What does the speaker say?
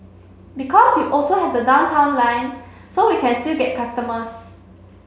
because we also have the Downtown Line so we can still get customers